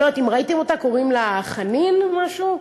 אני לא יודעת אם ראיתם, קוראים לה חנין או משהו.